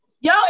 Yo